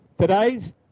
Today's